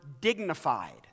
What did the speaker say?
dignified